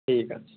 ঠিক আছে